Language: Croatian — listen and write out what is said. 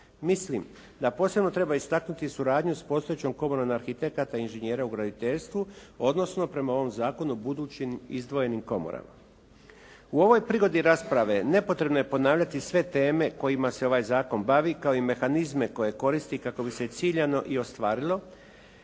Mislim da posebno treba istaknuti suradnju s postojećom Komorom arhitekata i inženjera u graditeljstvu, odnosno prema ovom zakonu budućim izdvojenim komorama. U ovoj prigodi rasprave nepotrebno je ponavljati sve teme kojima se ovaj zakon bavi kao i mehanizme koje koristi kako bi se ciljano i ostvarilo,